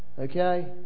Okay